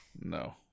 No